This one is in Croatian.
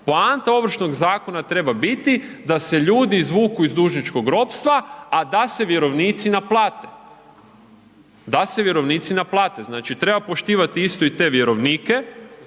Poanta ovršnog zakona treba biti da se ljudi izvuku iz dužničkog ropstva a da se vjerovnici naplate, da se vjerovnici naplate, znači treba poštivati isto i te vjerovnike